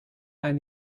and